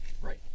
right